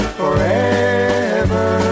forever